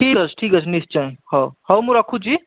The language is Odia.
ଠିକ୍ ଅଛି ଠିକ୍ ଅଛି ନିଶ୍ଚୟ ହଉ ହଉ ମୁଁ ରଖୁଛି